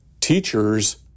teachers